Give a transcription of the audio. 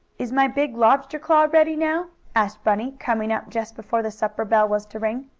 is my big lobster claw ready now? asked bunny, coming up just before the supper bell was to ring.